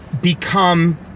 become